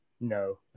no